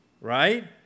right